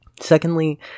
Secondly